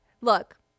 Look